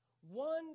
One